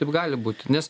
taip gali būti nes